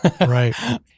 Right